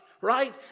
right